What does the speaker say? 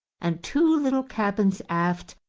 and two little cabins aft,